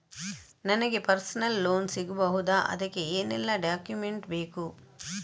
ನನಗೆ personal loan ಸಿಗಬಹುದ ಅದಕ್ಕೆ ಏನೆಲ್ಲ ಡಾಕ್ಯುಮೆಂಟ್ ಬೇಕು?